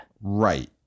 Right